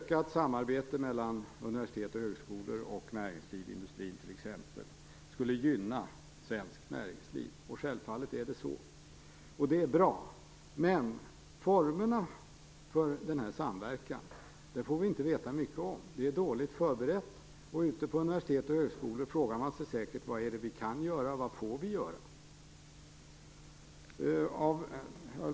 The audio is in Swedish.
Ökat samarbete mellan universitet, högskolor och näringsliv, t.ex. industrin, skulle gynna svenskt näringsliv, självfallet är det så. Det är bra. Men formerna för den här samverkan får vi inte veta mycket om. Det är dåligt förberett. Ute på universitet och högskolor frågar man sig säkert vad man kan och får göra.